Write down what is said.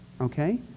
okay